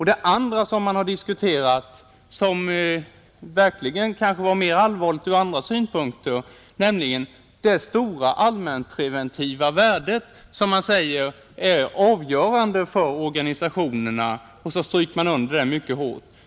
Det andra man har diskuterat, och som ur vissa synpunkter kanske är mera allvarligt, är det stora ”allmänpreventiva värde” som man säger är avgörande för stöd till organisationerna. Det har understrukits mycket hårt.